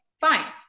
fine